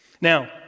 Now